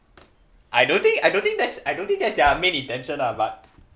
I don't think I don't think that's I don't think that's that's their main intention ah but